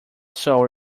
sorrow